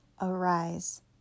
arise